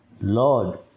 Lord